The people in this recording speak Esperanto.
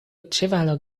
ĉevalo